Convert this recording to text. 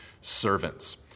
servants